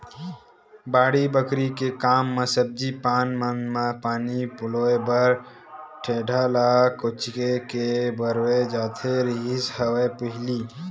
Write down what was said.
बाड़ी बखरी के काम म सब्जी पान मन म पानी पलोय बर टेंड़ा ल काहेच के बउरे जावत रिहिस हवय पहिली